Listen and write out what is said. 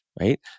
right